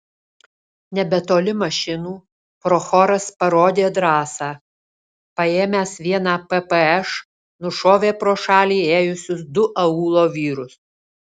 nebetoli mašinų prochoras parodė drąsą paėmęs vieną ppš nušovė pro šalį ėjusius du aūlo vyrus